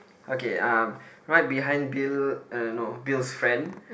okay uh right behind Bill um no Bill's friend